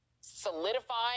solidifying